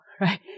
right